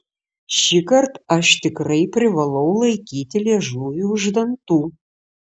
šįkart aš tikrai privalau laikyti liežuvį už dantų